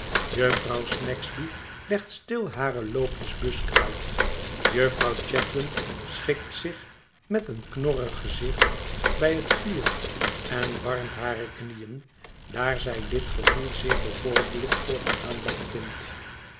jufvrouw snagsby legt stil hare loopjes buskruit jufvrouw chadband schikt zich met een knorrig gezicht bij het vuur en warmt hare knieën daar zij dit gevoel zeer bevorderlijk voor de aandacht vindt